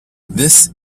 this